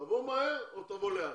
תבוא מהר או תבוא לאט.